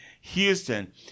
houston